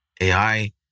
AI